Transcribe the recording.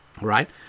right